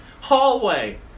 hallway